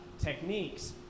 techniques